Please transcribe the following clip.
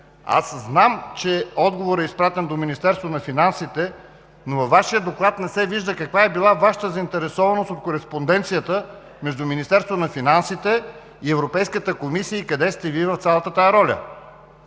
аз знам, че отговорът е изпратен до Министерството на финансите, но във Вашия доклад не се вижда каква е била Вашата заинтересованост от кореспонденцията между Министерството на финансите и Европейската комисия и къде сте Вие в цялата тази роля!